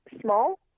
small